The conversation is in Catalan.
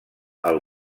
als